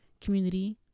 community